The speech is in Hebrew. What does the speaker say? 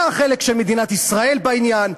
מה החלק של מדינת ישראל בעניין,